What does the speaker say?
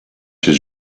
his